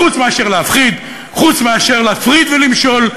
חוץ מאשר להפחיד, חוץ מאשר להפריד ולמשול.